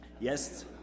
Yes